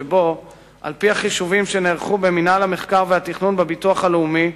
שעל-פי החישובים שנערכו במינהל המחקר והתכנון בביטוח הלאומי,